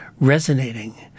resonating